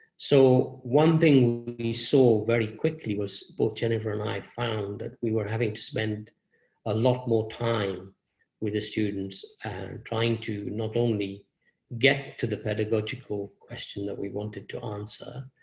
so one thing we saw very quickly was, both jennifer and i found, that we were having to spend a lot more time with the students trying to not only get to the pedagogical question that we wanted to answer,